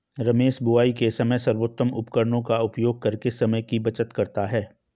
रमेश बुवाई के समय सर्वोत्तम उपकरणों का उपयोग करके समय की बचत करता है